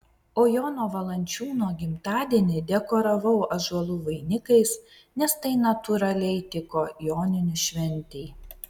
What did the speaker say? o jono valančiūno gimtadienį dekoravau ąžuolų vainikais nes tai natūraliai tiko joninių šventei